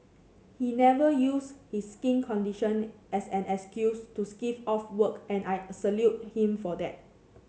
he never used his skin condition as an excuse to skive off work and I salute him for that